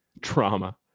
Trauma